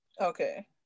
okay